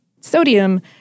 Sodium